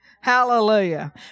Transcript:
Hallelujah